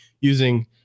using